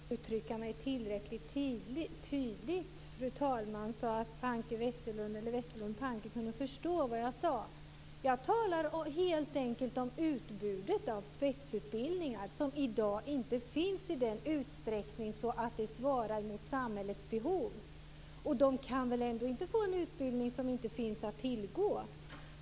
Fru talman! Jag ber om ursäkt för att jag inte kunde uttrycka mig tillräckligt tydligt så att Westerlund Panke kunde förstå vad jag sade. Jag talar helt enkelt om utbudet av spetsutbildningar som i dag inte finns i den utsträckning att det svarar mot samhällets behov. Studenterna kan väl ändå inte få en utbildning som inte finns att tillgå?